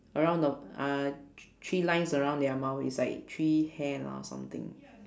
around the uh thr~ three lines around their mouth is like three hair or something